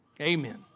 Amen